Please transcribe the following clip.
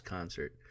Concert